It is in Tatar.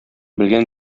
белгән